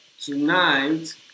tonight